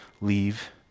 leave